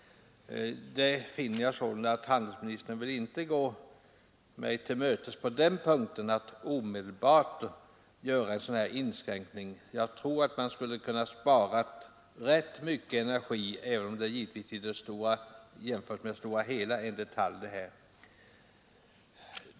Jag finner således att handelsministern inte vill gå mig till mötes när det gäller att omedelbart göra en sådan inskränkning som jag efterlyst. Jag tror att man genom en sådan åtgärd skulle kunna spara rätt mycket energi, även om det givetvis är fråga om en detalj i det stora hela.